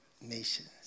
nations